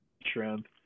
shrimp